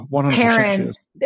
parents